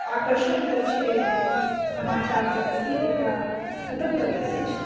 आकर्षण होइ छै समाचार के प्रति ओकरा खतम करैत अछि